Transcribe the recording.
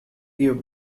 give